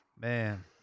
Man